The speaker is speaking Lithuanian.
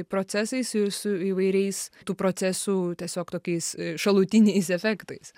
procesais ir su įvairiais tų procesų tiesiog tokiais šalutiniais efektais